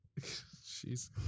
jeez